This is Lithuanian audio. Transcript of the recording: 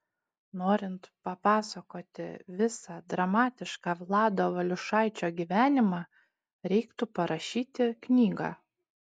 norint papasakoti visą dramatišką vlado valiušaičio gyvenimą reiktų parašyti knygą